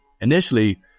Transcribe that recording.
initially